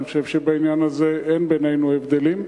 אני חושב שבעניין הזה אין בינינו הבדלים.